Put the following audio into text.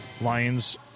Lions